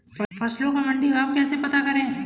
फसलों का मंडी भाव कैसे पता करें?